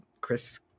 Chris